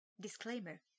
disclaimer